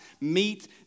meet